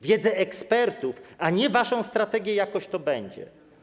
Wiedzę ekspertów, a nie waszą strategię typu: jakoś to będzie.